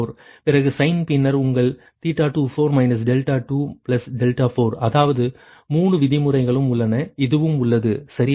பிறகு சைன் பின்னர் உங்கள் 24 24 அதாவது 3 விதிமுறைகளும் உள்ளன இதுவும் உள்ளது சரியா